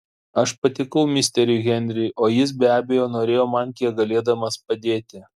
aš patikau misteriui henriui o jis be abejo norėjo man kiek galėdamas padėti